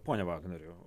pone vagnoriau